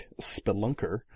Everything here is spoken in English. Spelunker